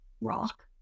rock